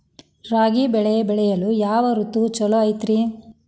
ರಾಗಿ ಬೆಳೆ ಬೆಳೆಯಲು ಯಾವ ಋತು ಛಲೋ ಐತ್ರಿ?